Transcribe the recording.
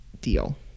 deal